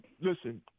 listen